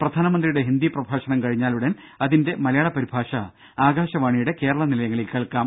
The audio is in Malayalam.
പ്രധാനമന്ത്രിയുടെ ഹിന്ദി പ്രഭാഷണം കഴിഞ്ഞാലുടൻ അതിന്റെ മലയാള പരിഭാഷ ആകാശവാണിയുടെ കേരള നിലയങ്ങളിൽ കേൾക്കാം